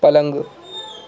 پلنگ